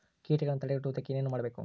ಕೇಟಗಳನ್ನು ತಡೆಗಟ್ಟುವುದಕ್ಕೆ ಏನು ಮಾಡಬೇಕು?